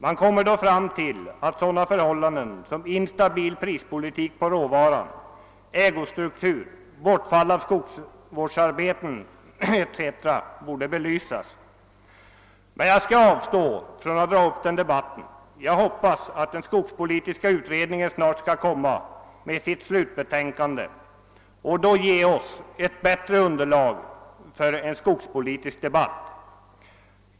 Man kommer då fram till att sådana förhållanden som instabil prispolitik när det gäller råvaran, ägostruktur, bortfall av skogsvårdsarbeten etc. borde belysas. Men jag skall avstå från att dra upp den debatten. Jag hoppas att den skogspolitiska utredningen snart skall framlägga sitt slutbetänkande och då ge oss ett bättre underlag för en skogspolitisk debatt.